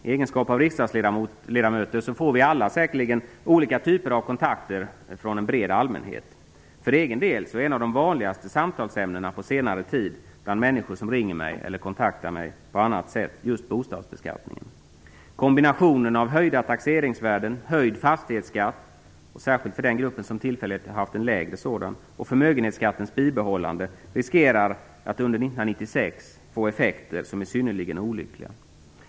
I egenskap av riksdagsledamöter får vi alla säkerligen olika typer av kontakter med en bred allmänhet. För egen del är ett av de vanligaste samtalsämnena på senare tid bland människor som ringer mig eller på annat sätt kontaktat mig just bostadsbeskattningen. Kombinationen höjda taxeringsvärden, höjd fastighetsskatt - särskilt för den grupp som haft tillfälligt en lägre sådan - och förmögenhetsskattens bibehållande riskerar att under 1996 få effekter som är synnerligen olyckliga.